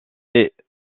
est